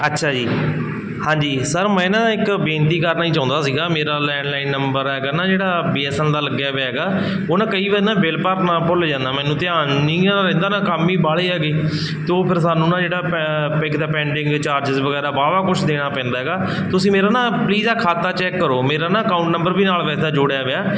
ਅੱਛਾ ਜੀ ਹਾਂਜੀ ਸਰ ਮੈਂ ਨਾ ਇੱਕ ਬੇਨਤੀ ਕਰਨਾ ਹੀ ਚਾਹੁੰਦਾ ਸੀਗਾ ਮੇਰਾ ਲੈਂਡਲਾਈਨ ਨੰਬਰ ਹੈਗਾ ਨਾ ਜਿਹੜਾ ਬੀਐਸਐਲ ਦਾ ਲੱਗਿਆ ਹੋਇਆ ਹੈਗਾ ਉਹਨਾ ਕਈ ਵਾਰ ਨਾ ਬਿਲ ਭਰ ਭੁੱਲ ਜਾਂਦਾ ਮੈਨੂੰ ਧਿਆਨ ਨੀ ਨਾ ਰਹਿੰਦਾ ਗਾ ਕੰਮ ਹੀ ਬਾਹਲੇ ਹੈਗੇ ਤਾਂ ਉਹ ਫਿਰ ਸਾਨੂੰ ਨਾ ਜਿਹੜਾ ਇੱਕ ਦਾ ਪੈਂਡਿੰਗ ਚਾਰਜਿਜ ਵਗੈਰਾ ਵਾਹਵਾ ਕੁਛ ਦੇਣਾ ਪੈਂਦਾ ਹੈਗਾ ਤੁਸੀਂ ਮੇਰਾ ਨਾ ਪਲੀਜ਼ ਆ ਖਾਤਾ ਚੈੱਕ ਕਰੋ ਮੇਰਾ ਨਾ ਅਕਾਊਂਟ ਨੰਬਰ ਵੀ ਨਾਲ ਵੈਸੇ ਜੋੜਿਆ ਹੋਇਆ